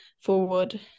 forward